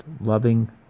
loving